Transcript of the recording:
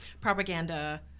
propaganda